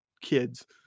kids